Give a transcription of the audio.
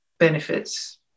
benefits